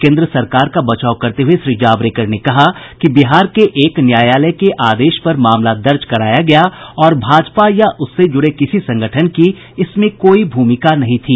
केन्द्र सरकार का बचाव करते हुए श्री जावड़ेकर ने कहा कि बिहार के एक न्यायालय के आदेश पर मामला दर्ज कराया गया और भाजपा या उससे जुड़े किसी संगठन की इसमें कोई भूमिका नहीं थी